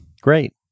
Great